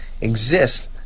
exists